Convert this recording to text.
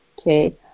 Okay